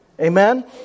Amen